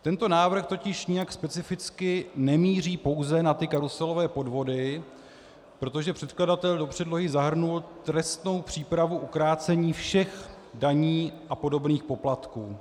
Tento návrh totiž nijak specificky nemíří pouze na ty karuselové podvody, protože předkladatel do předlohy zahrnul trestnou přípravu u krácení všech daní a podobných poplatků.